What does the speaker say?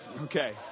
Okay